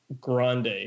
Grande